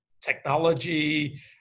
technology